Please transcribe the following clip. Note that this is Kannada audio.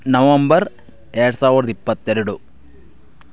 ನವಂಬರ್ ಎರಡು ಸಾವಿರದ ಇಪ್ಪತ್ತೆರಡು